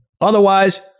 Otherwise